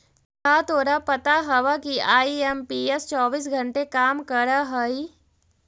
का तोरा पता हवअ कि आई.एम.पी.एस चौबीस घंटे काम करअ हई?